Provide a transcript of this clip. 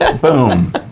Boom